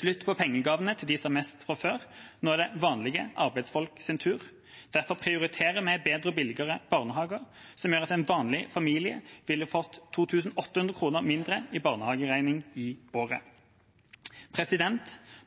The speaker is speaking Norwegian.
slutt på pengegavene til dem som har mest fra før; nå er det vanlige arbeidsfolks tur. Derfor prioriterer vi bedre og billigere barnehager, som gjør at en vanlig familie ville fått 2 800 kr mindre i barnehageregning i året.